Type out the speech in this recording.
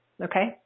okay